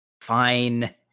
Fine